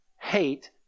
hate